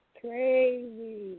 crazy